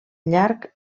llarg